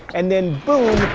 and then boom,